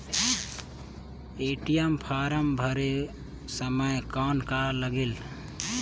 ATM form भरे समय कौन का लगेल?